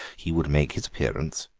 he would make his appearance,